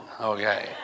Okay